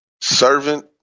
servant